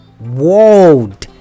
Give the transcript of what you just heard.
World